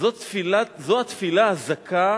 זו התפילה הזכה